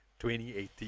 2018